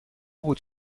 بود